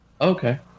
okay